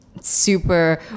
super